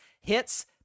hits